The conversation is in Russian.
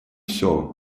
всё